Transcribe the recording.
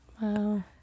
Wow